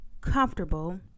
comfortable